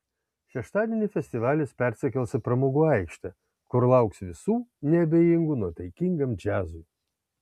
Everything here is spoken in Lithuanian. šeštadienį festivalis persikels į pramogų aikštę kur lauks visų neabejingų nuotaikingam džiazui